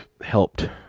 helped